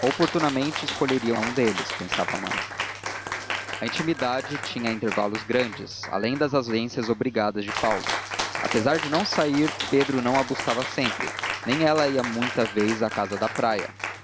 oportunamente escolheria a um deles pensava a mãe a intimidade tinha intervalos grandes além das ausências obrigadas de paulo apesar de não sair pedro não a buscava sempre nem ela ia muita vez à casa da praia